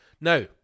Now